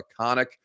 iconic